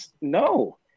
No